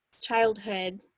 childhood